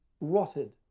rotted